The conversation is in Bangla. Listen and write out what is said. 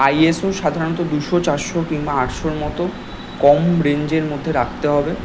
আইএসও সাধারণত দুশো চারশো কিম্বা আটশোর মতো কম রেঞ্জের মধ্যে রাখতে হবে